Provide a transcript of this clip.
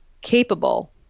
capable